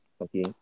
Okay